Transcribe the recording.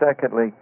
secondly